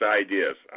ideas